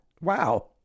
wow